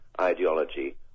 ideology